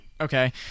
Okay